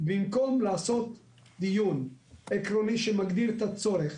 במקום לקיים דיון עקרוני שמגדיר את הצורך,